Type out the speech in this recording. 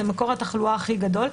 זה מקור התחלואה הכי גדול.